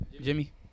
jimmy